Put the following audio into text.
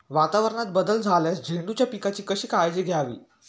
वातावरणात बदल झाल्यास झेंडूच्या पिकाची कशी काळजी घ्यावी?